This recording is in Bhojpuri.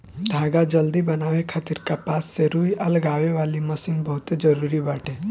धागा जल्दी बनावे खातिर कपास से रुई अलगावे वाली मशीन बहुते जरूरी बाटे